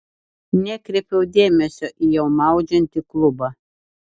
nekreipiau dėmesio į jau maudžiantį klubą